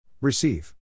Receive